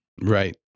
Right